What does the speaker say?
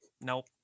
nope